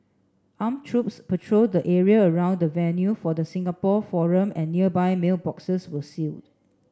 armed troops patrolled the area around the venue for the Singapore forum and nearby mailboxes were sealed